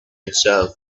itself